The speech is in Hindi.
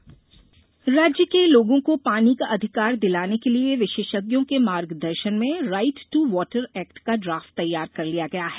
राइट टू वाटर राज्य के लोगों को पानी का अधिकार दिलाने के लिये विशेषज्ञों के मार्गदर्शन में राइट टू वाटर एक्ट का ड्राफ्ट तैयार कर लिया गया है